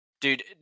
Dude